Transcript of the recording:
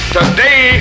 today